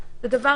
לאו דווקא לפקח,